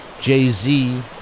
Jay-Z